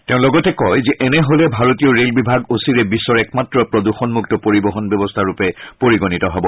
তেওঁ লগতে কয় যে এনে হলে ভাৰতীয় ৰেল বিভাগ অচিৰেই বিশ্বৰ একমাত্ৰ প্ৰদূষণমূক্ত পৰিবহণ ব্যৱস্থাৰূপে পৰিগণিত হ'ব